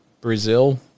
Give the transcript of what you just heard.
Brazil